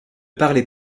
parlez